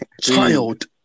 Child